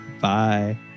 Bye